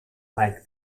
make